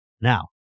now